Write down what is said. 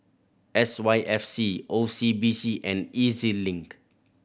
S Y F C O C B C and E Z Link